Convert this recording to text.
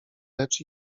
lecz